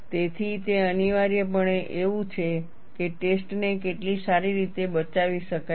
તેથી તે અનિવાર્યપણે એવું છે કે ટેસ્ટને કેટલી સારી રીતે બચાવી શકાય છે